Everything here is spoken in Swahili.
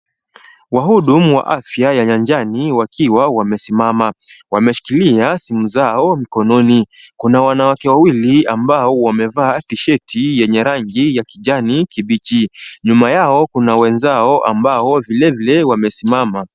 Wahudumu wa afya ya nyanjani wakiwa wamesimama. Wameshikilia simu zao mkononi. Kuna wanawake wawili ambao wamevaa tshirt yenye rangi ya kijani kibichi. Nyuma yao kuna wenzao ambao vilevile wamesimama.